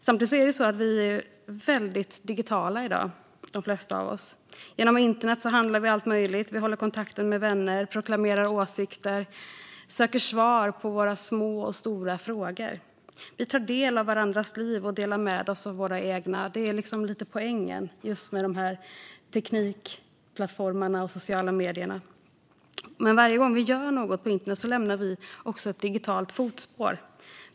Samtidigt är de flesta av oss väldigt digitala i dag. Genom internet handlar vi allt möjligt, håller kontakten med vänner, proklamerar åsikter och söker svar på våra små och stora frågor. Vi tar del av andras liv och delar med oss av våra egna; det är lite av poängen med teknikplattformarna och de sociala medierna. Varje gång vi gör något på internet lämnar vi dock ett digitalt fotspår.